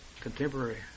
contemporary